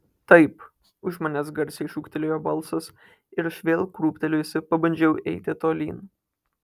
taip už manęs garsiai šūktelėjo balsas ir aš vėl krūptelėjusi pabandžiau eiti tolyn